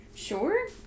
Sure